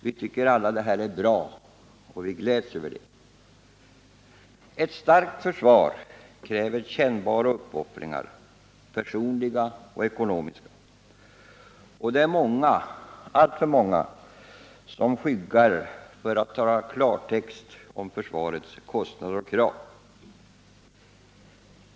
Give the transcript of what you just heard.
Vi tycker alla att detta är bra, och vi gläds över det. Ett starkt försvar kräver kännbara uppoffringar, personliga och ekonomiska. Men det är många — alltför många — som skyggar för att tala klartext om försvarets kostnader och krav.